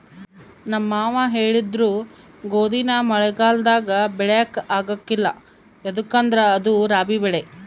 ನಮ್ ಮಾವ ಹೇಳಿದ್ರು ಗೋದಿನ ಮಳೆಗಾಲದಾಗ ಬೆಳ್ಯಾಕ ಆಗ್ಕಲ್ಲ ಯದುಕಂದ್ರ ಅದು ರಾಬಿ ಬೆಳೆ